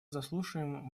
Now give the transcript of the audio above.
заслушаем